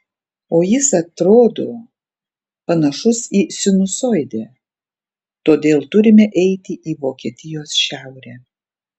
o jis atrodo panašus į sinusoidę todėl turime eiti į vokietijos šiaurę